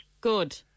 Good